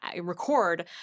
record